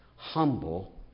humble